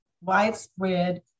widespread